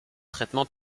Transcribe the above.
traitement